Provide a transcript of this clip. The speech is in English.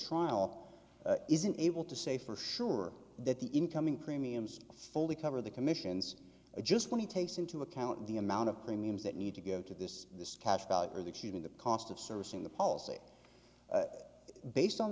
trial isn't able to say for sure that the incoming premiums fully cover the commissions adjust when he takes into account the amount of premiums that need to go to this this cash value or the human the cost of servicing the policy based on